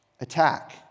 attack